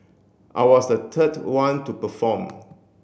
I was the third one to perform